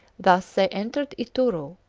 thus they entered ituru,